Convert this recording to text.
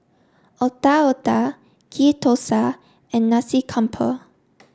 Otak Otak Ghee Thosai and Nasi Campur